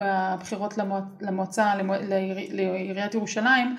הבחירות למועצה, לעיריית ירושלים.